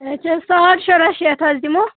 اَچھا ساڑ شُراہ شَتھ حظ دِمو